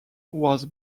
was